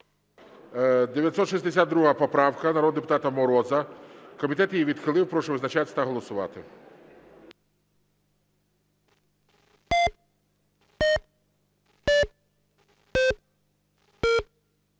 962 поправка народного депутата Мороза. Комітет її відхилив. Прошу визначатися та голосувати.